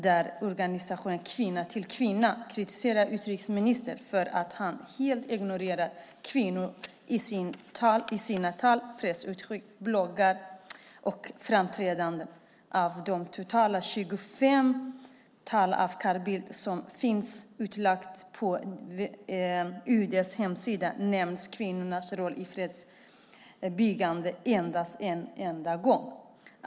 Organisationen Kvinna till Kvinna kritiserar utrikesministern för att han helt ignorerar kvinnor i sina tal, pressutskick, bloggar och framträdanden. I de totalt 25 tal av Carl Bildt som finns utlagda på UD:s hemsida nämns kvinnornas roll i fredsbyggandet endast en enda gång.